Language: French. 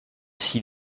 six